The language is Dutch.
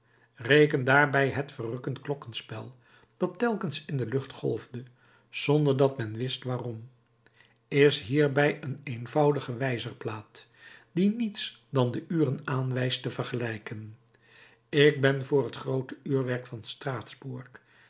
reken daarbij het verrukkend klokkenspel dat telkens in de lucht golfde zonder dat men wist waarom is hierbij een eenvoudige wijzerplaat die niets dan de uren aanwijst te vergelijken ik ben voor het groote uurwerk van straatsburg